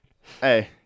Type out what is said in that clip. hey